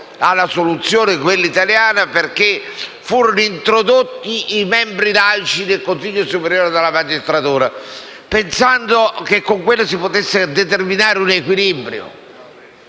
alla soluzione italiana perché furono introdotti i membri laici del Consiglio superiore della magistratura, pensando in tal modo di poter determinare un equilibrio.